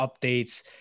updates